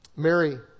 Mary